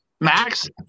max